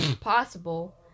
possible